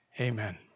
Amen